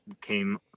came